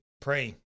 pray